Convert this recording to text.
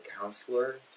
counselor